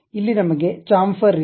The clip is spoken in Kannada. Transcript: ಇಲ್ಲಿ ನಮಗೆ ಚಾಂಫರ್ ಇದೆ